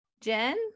Jen